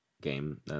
game